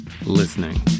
listening